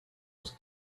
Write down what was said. was